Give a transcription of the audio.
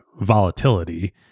volatility